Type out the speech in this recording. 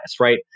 right